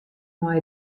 mei